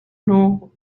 know